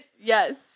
Yes